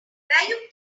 paid